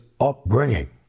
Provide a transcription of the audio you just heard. upbringing